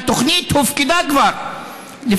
התוכנית כבר הופקדה,